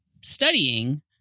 studying